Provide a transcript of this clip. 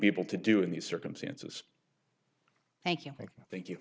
be able to do in these circumstances thank you thank you